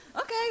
okay